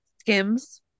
Skims